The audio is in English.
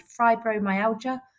fibromyalgia